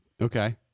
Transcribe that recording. Okay